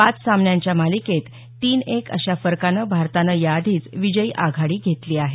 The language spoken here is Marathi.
पाच सामन्यांच्या मालिकेत तीन एक अशा फरकानं भारतानं याआधीच विजयी आघाडी घेतली आहे